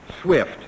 swift